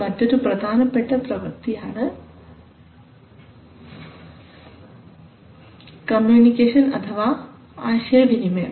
മറ്റൊരു പ്രധാനപ്പെട്ട പ്രവർത്തിയാണ് കമ്മ്യൂണിക്കേഷൻ അഥവാ ആശയവിനിമയം